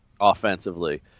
offensively